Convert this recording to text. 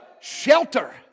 shelter